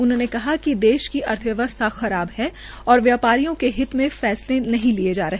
उन्होंने कहा कि देश की अर्थव्यवसथा खराब है और व्या ारियों के हित मे फैसले नहीं लिये जा रहे